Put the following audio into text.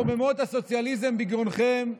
רוממות הסוציאליזם בגרונכם,